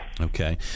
Okay